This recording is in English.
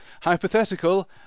hypothetical